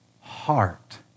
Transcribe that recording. heart